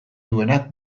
duenak